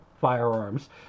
firearms